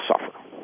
suffer